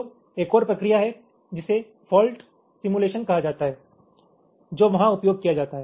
तो एक और प्रक्रिया है जिसे फॉल्ट सिमुलेशन कहा जाता है जो वहां उपयोग किया जाता है